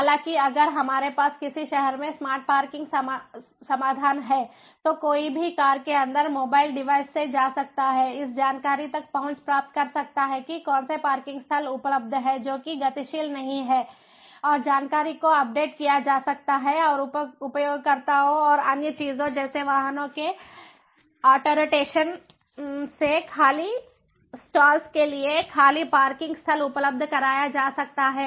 हालाँकि अगर हमारे पास किसी शहर में स्मार्ट पार्किंग समाधान है तो कोई भी कार के अंदर मोबाइल डिवाइस से जा सकता है इस जानकारी तक पहुँच प्राप्त कर सकता है कि कौन से पार्किंग स्थल उपलब्ध हैं जो कि गतिशील नहीं हैं और जानकारी को अपडेट किया जा सकता है और उपयोगकर्ताओं और अन्य चीजों जैसे वाहनों के ऑटोरोटेशन से खाली स्लॉट्स के लिए खाली पार्किंग स्थल उपलब्ध कराया जा सकता है